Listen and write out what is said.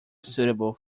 suitable